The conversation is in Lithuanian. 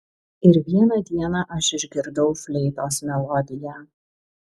ir vieną dieną aš išgirdau fleitos melodiją